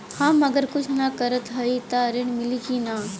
हम अगर कुछ न करत हई त ऋण मिली कि ना?